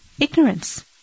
Ignorance